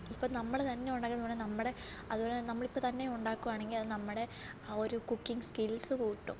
ഇപ്പം നമ്മൾ തന്നെ ഉണ്ടാക്കുന്ന പറഞ്ഞാൽ നമ്മുടെ അതുപോലെ തന്നെ നമ്മളിപ്പോൾ തന്നെ ഉണ്ടാക്കുവാണെങ്കിൽ അത് നമ്മുടെ ഒരു കുക്കിങ്ങ് സ്കിൽസ് കൂട്ടും